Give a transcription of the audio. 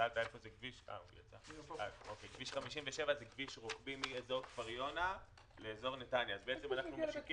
שאלת איפה זה נמצא: כביש 57 הוא כביש רוחבי מאזור נתניה לאזור כפר יונה.